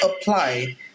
apply